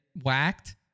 whacked